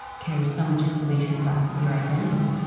carries so much information about your identity.